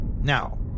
Now